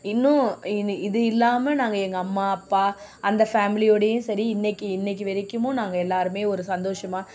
இன்னும் இது இது இல்லாமல் நாங்கள் எங்கள் அம்மா அப்பா அந்த ஃபேமிலியோடயும் சரி இன்னைக்கு இன்னைக்கு வரைக்கும் நாங்கள் எல்லோருமே ஒரு சந்தோஷமாக